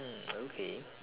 mm okay